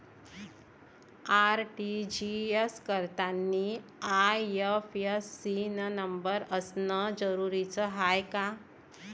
RTGS करतांनी IFSC न number असनं जरुरीच हाय का?